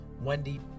Wendy